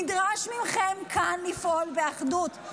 נדרש מכם לפעול כאן באחדות,